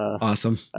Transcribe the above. Awesome